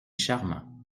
charmant